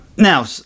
Now